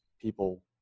people